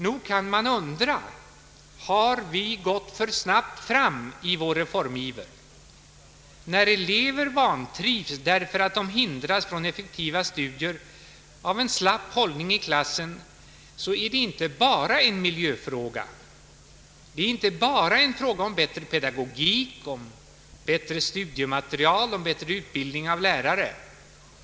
Nog kan man undra: Har vi gått för snabbt fram i vår reformiver? När elever vantrivs därför att de hindras från effektiva studier av en slapp hållning i klassen, så är det inte bara en miljöfråga, inte bara en fråga om bättre pedagogik, bättre studiemateriel, bättre utbildning av lärare.